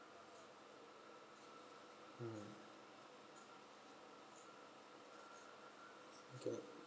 mm okay